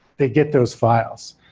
they get those files.